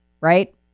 right